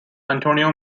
antonio